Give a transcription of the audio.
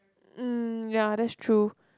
mm ya that's true